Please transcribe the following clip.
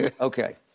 Okay